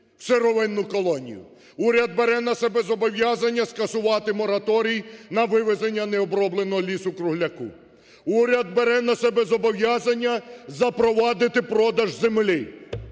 Уряд бере на себе зобов'язання скасувати мораторій на вивезення необробленого лісу-кругляка. Уряд бере на себе зобов'язання запровадити продаж землі.